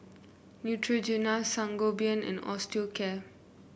Neutrogena Sangobion and Osteocare